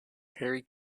harry